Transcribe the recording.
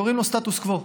שקוראים לו סטטוס קוו.